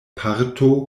parto